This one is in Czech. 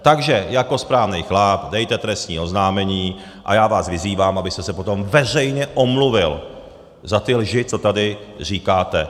Takže jako správnej chlap dejte trestní oznámení a já vás vyzývám, abyste se potom veřejně omluvil za ty lži, co tady říkáte.